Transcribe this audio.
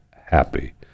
happy